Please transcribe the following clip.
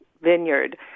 Vineyard